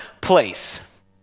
place